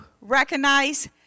recognize